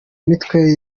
mitwe